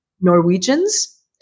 Norwegians